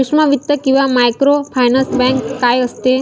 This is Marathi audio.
सूक्ष्म वित्त किंवा मायक्रोफायनान्स बँक काय असते?